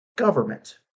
government